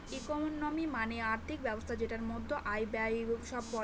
economy মানে আর্থিক ব্যবস্থা যেটার মধ্যে আয়, ব্যয় সব পড়ে